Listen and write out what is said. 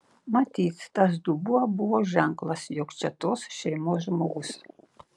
matyt tas dubuo buvo ženklas jog čia tos šeimos žmogus